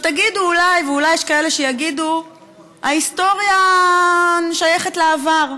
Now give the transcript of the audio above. אולי, אולי יש כאלה שיגידו שההיסטוריה שייכת לעבר.